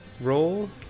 roll